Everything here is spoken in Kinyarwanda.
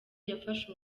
yafashe